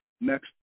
Next